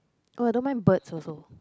oh I don't mind birds also